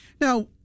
Now